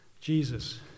Jesus